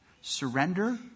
surrender